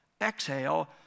exhale